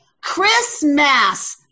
Christmas